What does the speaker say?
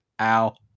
Ow